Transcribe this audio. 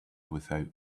without